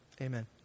Amen